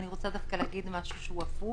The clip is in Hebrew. ואני רוצה להגיד דווקא משהו הפוך.